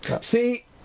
See